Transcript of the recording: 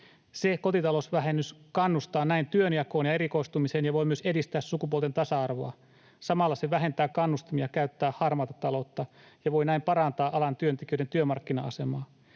”Kotitalousvähennys kannustaa näin työnjakoon ja erikoistumiseen ja voi myös edistää sukupuolten tasa-arvoa. Samalla se vähentää kannustimia käyttää harmaata taloutta ja voi näin parantaa alan työntekijöiden työmarkkina-asemaa.